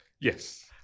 Yes